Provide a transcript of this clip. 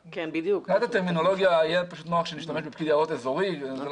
מבחינת הטרמינולוגיה יהיה יותר נוח אם נשתמש במונח פקיד יערות אזורי אבל